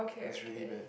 it's really bad